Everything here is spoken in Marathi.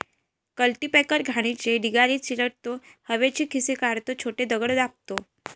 कल्टीपॅकर घाणीचे ढिगारे चिरडतो, हवेचे खिसे काढतो, छोटे दगड दाबतो